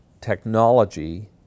technology